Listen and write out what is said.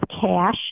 cash